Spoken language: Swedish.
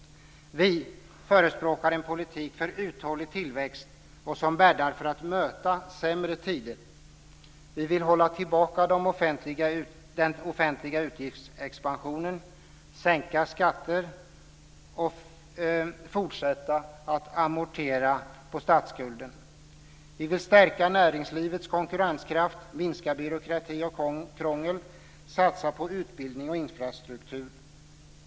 Vi förespråkar en politik för uthållig tillväxt som bäddar för att möta sämre tider. Vi vill hålla tillbaka den offentliga utgiftsexpansionen, sänka skatter och fortsätta att amortera på statsskulden. Vi vill stärka näringslivets konkurrenskraft, minska byråkrati och krångel, satsa på utbildning och infrastruktur.